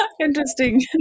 interesting